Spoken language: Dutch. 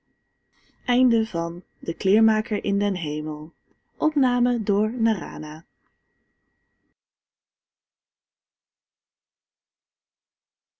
de kleermaker in den hemel